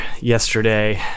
yesterday